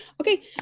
Okay